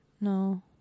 no